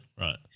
Right